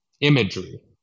imagery